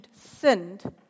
sinned